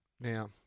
Now